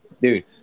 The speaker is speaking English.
Dude